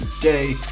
day